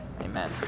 amen